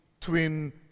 twin